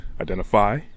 identify